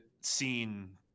scene